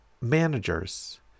Managers